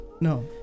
No